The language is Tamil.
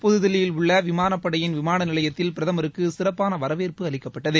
புதுதில்லியில் உள்ள விமானப்படையின் விமான நிலையத்தில் பிரதமருக்கு சிறப்பான வரவேற்பு அளிக்கப்பட்டது